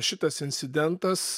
šitas incidentas